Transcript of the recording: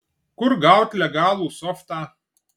kur gaut legalų softą